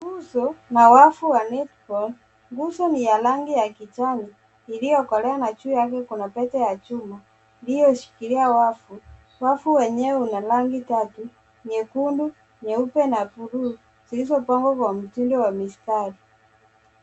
Nguzo na wavu wa netball . Nguzo ni ya rangi ya kijani iliyokolea na juu yake kuna pete ya chuma iliyoshikilia wavu, wavu wenyewe una rangi tatu nyekundu, nyeupe na buluu zilizopangwa kwa mtindo wa mistari.